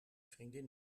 vriendin